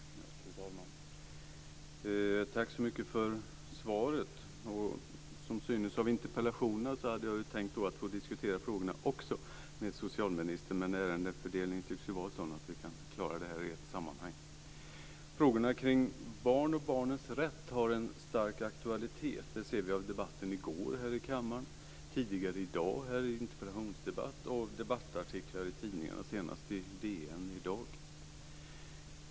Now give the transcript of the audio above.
Fru talman! Tack så mycket för svaret. Som synes av interpellationen hade jag tänkt att få diskutera frågorna också med socialministern, men ärendefördelningen tycks vara sådan att vi kan klara av dem i ett sammanhang. Frågorna kring barn och barnens rätt har en stark aktualitet. Det kunde vi se av debatten i går här i kammaren, tidigare i dag i interpellationsdebatt och av debattartiklar i tidningarna, senast i DN i dag.